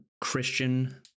Christian